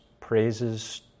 praises